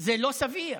או חובות